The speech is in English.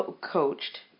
coached